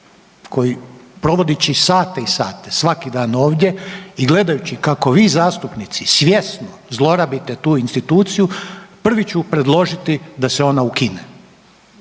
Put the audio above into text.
koji provodeći sate i sate svaki dan ovdje i gledajući kako vi zastupnici svjesno zlorabite tu instituciju, prvi ću predložiti da se ona ukine,